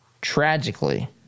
tragically